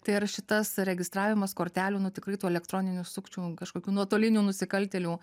tai ar šitas registravimas kortelių nu tikrai tų elektroninių sukčių kažkokių nuotolinių nusikaltėlių